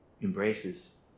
Embraces